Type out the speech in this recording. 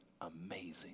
amazing